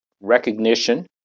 recognition